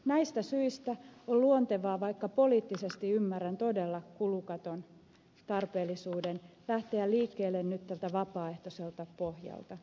näistä syistä on luontevaa vaikka poliittisesti ymmärrän todella kulukaton tarpeellisuuden lähteä liikkeelle nyt tältä vapaaehtoiselta pohjalta